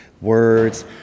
words